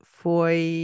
foi